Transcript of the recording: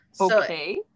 Okay